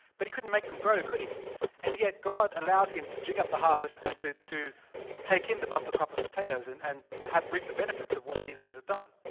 but he couldn't make them grow could he and yet god allows him to dig up the harvest. and to to take in the bumper crop of potatoes in and and have reaped the benefits of what jesus has done.